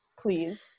Please